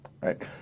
Right